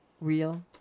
real